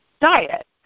diet